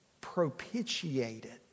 propitiated